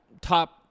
top